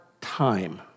time